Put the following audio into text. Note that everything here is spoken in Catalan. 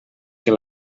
que